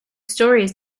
stories